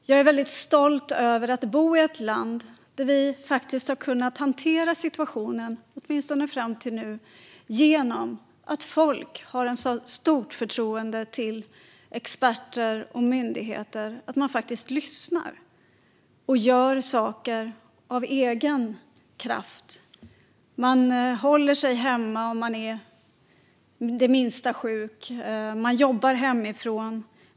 Jag är väldigt stolt över att bo i ett land där vi - åtminstone fram till nu - har kunnat hantera situationen genom att folk har ett så stort förtroende för experter och myndigheter att de faktiskt lyssnar och gör saker av egen kraft. Man håller sig hemma om man är det minsta sjuk. Man jobbar hemifrån.